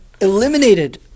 eliminated